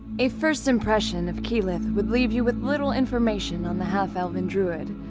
a first impression of keyleth would leave you with little information on the half-elven druid.